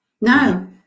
No